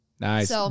nice